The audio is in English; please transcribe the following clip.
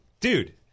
dude